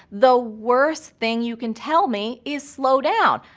the worst thing you can tell me is slow down.